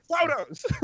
photos